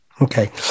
Okay